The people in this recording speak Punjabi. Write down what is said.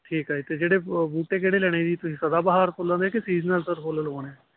ਠੀਕ ਆ ਅਤੇ ਜਿਹੜੇ ਉਹ ਬੂਟੇ ਕਿਹੜੇ ਲੈਣੇ ਜੀ ਤੁਸੀਂ ਸਦਾਬਹਾਰ ਫੁੱਲਾਂ ਦੇ ਕੇ ਸੀਜ਼ਨਲ ਸਰ ਫੁੱਲ ਲਵਾਉਣੇ